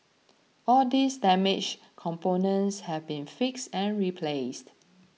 all these damaged components have been fixed and replaced